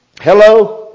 Hello